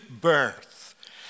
birth